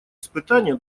испытание